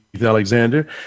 alexander